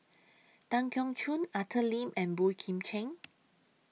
Tan Keong Choon Arthur Lim and Boey Kim Cheng